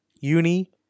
uni